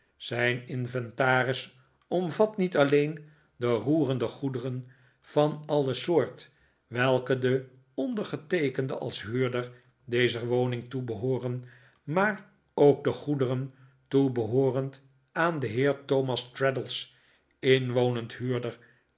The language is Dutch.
zijn inventaris omvat niet alleen de roerende goederen van alle soort welke den ondergeteekende als huurder dezer woning toebehooren maar ook de goederen toebehoorend aan den heer thomas traddles inwonend huurder